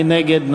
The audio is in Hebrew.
מי נגד?